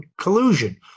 collusion